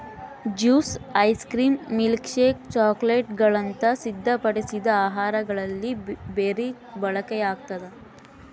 juice ice cream milkshake ಚಾಕೊಲೇಟ್ಗುಳಂತ ಸಿದ್ಧಪಡಿಸಿದ ಆಹಾರಗಳಲ್ಲಿ ಬೆರಿ ಬಳಕೆಯಾಗ್ತದ